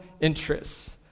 interests